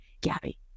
Gabby